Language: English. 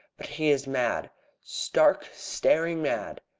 but he is mad stark, staring mad!